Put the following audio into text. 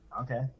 okay